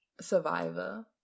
Survivor